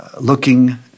looking